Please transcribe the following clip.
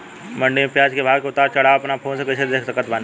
मंडी मे प्याज के भाव के उतार चढ़ाव अपना फोन से कइसे देख सकत बानी?